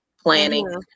planning